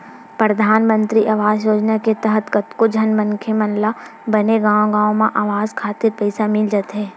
परधानमंतरी आवास योजना के तहत कतको झन मनखे मन ल बने गांव गांव म अवास खातिर पइसा मिल जाथे